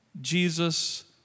Jesus